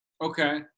Okay